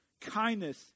kindness